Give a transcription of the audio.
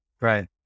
Right